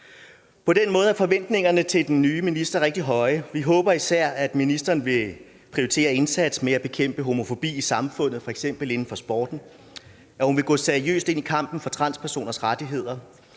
På den måde er forventningerne til den nye minister rigtig høje. Vi håber især, at ministeren vil prioritere indsatsen med at bekæmpe homofobi i samfundet, f.eks. inden for sporten, at hun vil gå seriøst ind i kampen for transpersoners rettigheder,